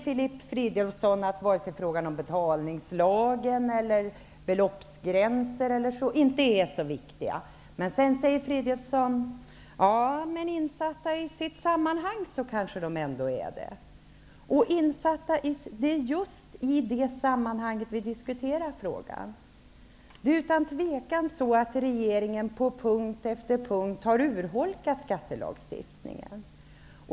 Filip Fridolfsson säger att varken frågan om betalningslagen eller om beloppsgränsen är så viktiga. Sedan säger Filip Fridolfsson: Insatta i sitt sammanhang kanske de ändå är viktiga. Men det är just i det sammanhanget som vi diskuterar frågan. Regeringen har utan tvivel på punkt efter punkt urholkat skattelagstiftningen.